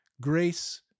grace